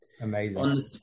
amazing